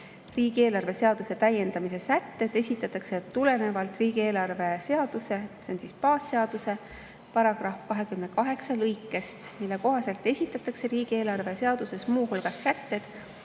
Riigieelarve seaduse täiendamise sätted esitatakse tulenevalt riigieelarve seaduse – see on baasseaduse –§ 28 lõikest, mille kohaselt esitatakse riigieelarve seaduses muu hulgas sätted,